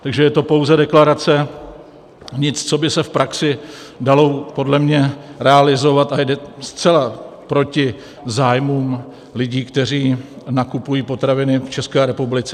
Takže je to pouze deklarace, nic, co by se v praxi dalo podle mě realizovat, a jde zcela proti zájmům lidí, kteří nakupují potraviny v České republice.